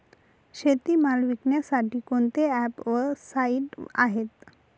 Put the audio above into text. शेतीमाल विकण्यासाठी कोणते ॲप व साईट आहेत?